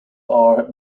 are